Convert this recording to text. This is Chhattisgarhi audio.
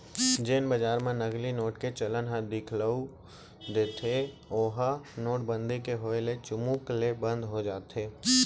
जेन बजार म नकली नोट के चलन ह दिखउल देथे ओहा नोटबंदी के होय ले चुमुक ले बंद हो जाथे